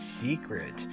secret